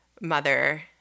mother